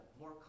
more